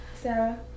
Sarah